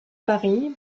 paris